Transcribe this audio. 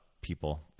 people